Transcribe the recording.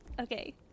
Okay